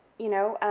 you know,